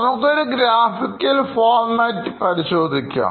നമുക്കൊരു graphical format പരിശോധിക്കാം